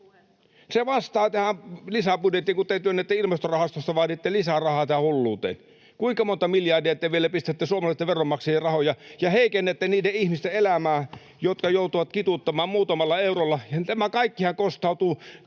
Se vastaa tähän lisäbudjettiin, kun te Ilmastorahastosta vaaditte lisää rahaa tähän hulluuteen. Kuinka monta miljardia te vielä pistätte suomalaisten veronmaksajien rahoja ja heikennätte niiden ihmisten elämää, jotka joutuvat kituuttamaan muutamalla eurolla? Tämä kaikkihan kostautuu